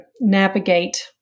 navigate